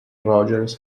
rogers